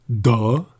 Duh